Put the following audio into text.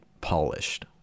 polished